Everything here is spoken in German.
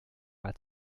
war